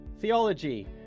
Theology